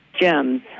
gems